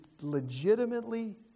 legitimately